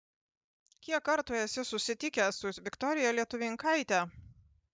kiek kartų esi susitikęs su viktorija lietuvninkaite